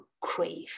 crave